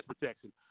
protection